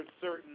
certain